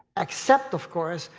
except, of course,